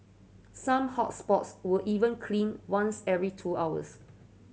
some hot spots were even cleaned once every two hours